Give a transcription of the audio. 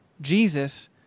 Jesus